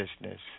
business